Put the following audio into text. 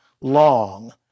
long